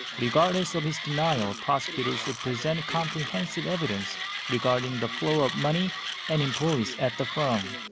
regardless of his denial, prosecutors would present comprehensive evidence regarding the flow of money and employees at the firm.